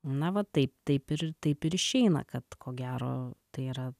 na va taip taip ir taip ir išeina kad ko gero tai yra